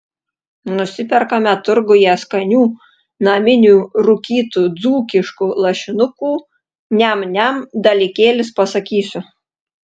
nusiperkame turguje skanių naminių rūkytų dzūkiškų lašinukų niam niam dalykėlis pasakysiu